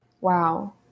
Wow